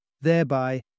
thereby